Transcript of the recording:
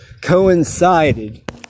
coincided